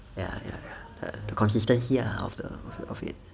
ya ya ya the the consistency ah of the of it